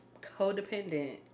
codependent